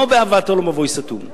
לא בהבאתו למבוי סתום.